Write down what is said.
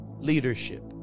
leadership